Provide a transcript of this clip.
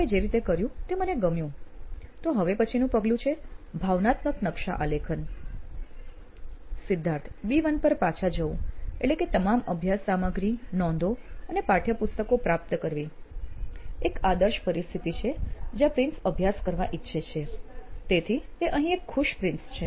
આપે જે રીતે કર્યું તે મને ગમ્યું તો હવે પછીનું પગલું છે ભાવનાત્મક નકશા આલેખન સિદ્ધાર્થ B1 પર પાછા જવું એટલે કે તમામ અભ્યાસ સામગ્રી નોંધો અને પાઠયપુસ્તકો પ્રાપ્ત કરવી એક આદર્શ પ્રતિસ્થિતિ છે જ્યાં પ્રિન્સ અભ્યાસ કરવા ઈચ્છે છે તેથી તે અહીં એક ખુશ પ્રિન્સ છે